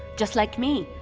just like me.